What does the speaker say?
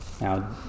Now